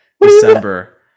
December